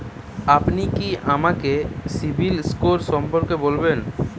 আপনি কি আমাকে সিবিল স্কোর সম্পর্কে বলবেন?